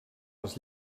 les